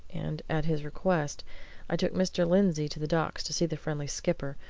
and at his request i took mr. lindsey to the docks, to see the friendly skipper,